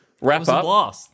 wrap-up